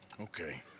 Okay